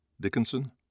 Dickinson